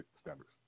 standards